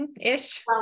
ish